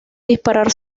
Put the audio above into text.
disparar